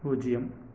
பூஜ்ஜியம்